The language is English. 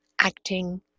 acting